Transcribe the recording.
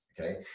okay